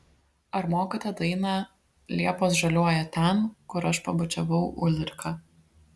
ar mokate dainą liepos žaliuoja ten kur aš pabučiavau ulriką